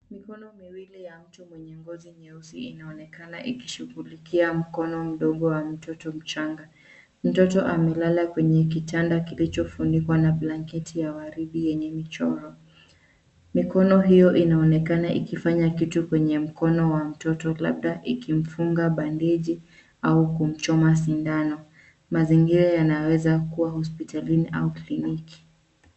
Mikono miwili ya mtu mwenye ngozi nyeusi inaonekana ikishugilikia mkono mdogo wa mtoto mchanga. Mtoto amelala kwenye kitanda kilichofunikwa na blanketi ya waridi yenye michoro. Mikono hiyo inaonekana ikifanya kitu kwenye mkono wa mtoto labda ikimfunga bandeji au kumchoma sindano. Mazingira yanaweza kuwa hopitalini au kliniki.